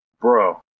bro